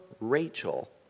Rachel